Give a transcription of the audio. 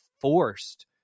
forced